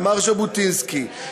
אמר ז'בוטינסקי,